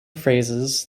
phrases